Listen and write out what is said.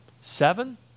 Seven